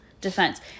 defense